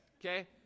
Okay